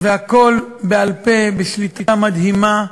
והכול בעל-פה, בשליטה מדהימה,